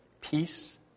Peace